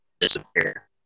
disappear